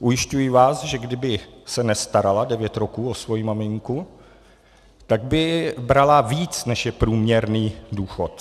Ujišťuji vás, že kdyby se nestarala devět roků o svoji maminku, tak by brala víc, než je průměrný důchod.